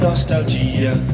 Nostalgia